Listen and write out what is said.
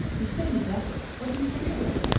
you say you met her what do you think of her?